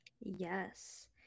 yes